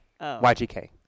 YGK